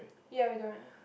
ya we don't